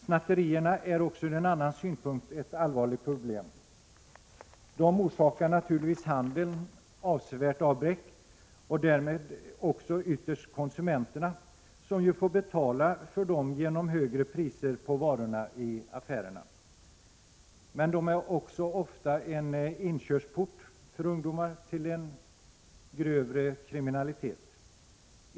Snatterierna är också ur en annan synpunkt ett allvarligt problem. De orsakar naturligtvis handeln ett avsevärt avbräck och därmed också ytterst konsumenterna, som får betala för snatterierna genom högre priser på varorna i affärerna. De är också ofta en inkörsport för ungdomar för en Prot. 1986/87:104 grövre kriminalitet.